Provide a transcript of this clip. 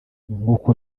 nk’uko